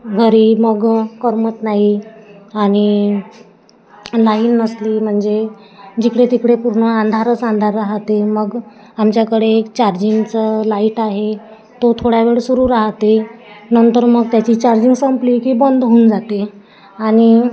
घरी मग करमत नाही आणि लाईन नसली म्हणजे जिकडे तिकडे पूर्ण अंधारच अंधार राहते मग आमच्याकडे एक चार्जिंगचं लाईट आहे तो थोड्या वेळ सुरू राहाते नंतर मग त्याची चार्जिंग संपली की बंद होऊन जाते आणि